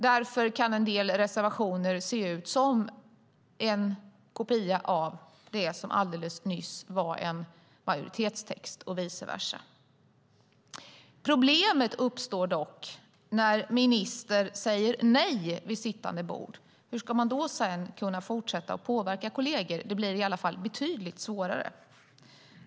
Därför kan en del reservationer se ut som en kopia av det som alldeles nyss var en majoritetstext och vice versa. Problemet uppstår dock när en minister säger nej vid sittande bord. Hur ska man sedan kunna fortsätta påverka kolleger? Det blir i alla fall betydligt svårare.